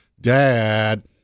Dad